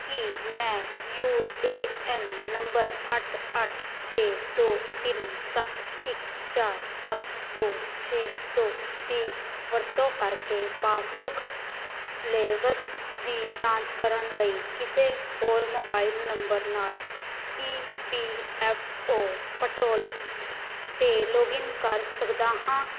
ਕੀ ਮੈਂ U A N ਨੰਬਰ ਅੱਠ ਅੱਠ ਛੇ ਦੋ ਤਿੰਨ ਸੱਤ ਇੱਕ ਚਾਰ ਸੱਤ ਦੋ ਛੇ ਦੋ ਦੀ ਵਰਤੋਂ ਕਰਕੇ ਪਾਸਬੁੱਕ ਬਲੇਬਸ ਦੀ ਜਾਂਚ ਕਰਨ ਲਈ ਕਿਸੇ ਹੋਰ ਮੋਬਾਈਲ ਨੰਬਰ ਨਾਲ E P F O portal 'ਤੇ ਲੌਗਇਨ ਕਰ ਸਕਦਾ ਹਾਂ